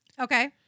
Okay